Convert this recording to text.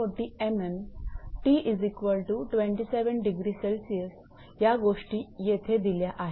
𝑝740 𝑚𝑚 𝑡27° 𝐶 या गोष्टी येथे दिल्या आहेत